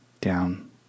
down